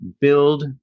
build